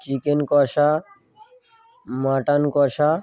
chicken কষা mutton কষা